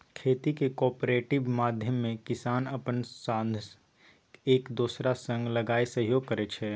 खेतीक कॉपरेटिव माध्यमे किसान अपन साधंश एक दोसरा संग लगाए सहयोग करै छै